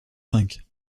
cinq